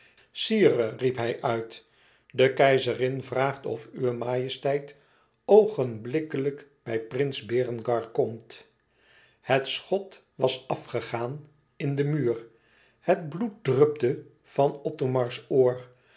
riep hij uit de keizerin vraagt of uwe majesteit oogenblikkelijk bij prins berengar komt het schot was afgegaan in de muur het bloed drupte van othomars